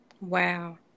Wow